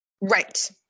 Right